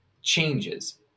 changes